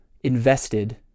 invested